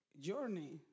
journey